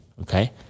okay